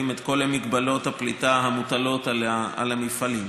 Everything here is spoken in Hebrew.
את כל הגבלות הפליטה המוטלות על המפעלים.